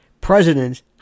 presidents